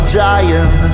dying